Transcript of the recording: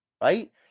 right